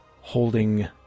Holding